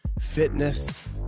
fitness